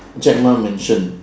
jack ma mentioned